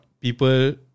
people